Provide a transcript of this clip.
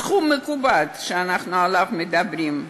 הסכום המכובד שאנחנו עליו מדברים,